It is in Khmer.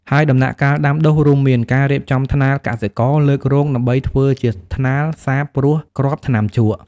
ហើយដំណាក់កាលដាំដុះរួមមាន ការរៀបចំថ្នាលកសិករលើករងដើម្បីធ្វើជាថ្នាលសាបព្រោះគ្រាប់ថ្នាំជក់។